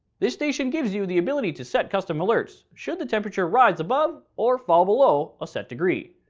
this station gives you the ability to set custom alerts should the temperature rise above or fall below ah set degrees.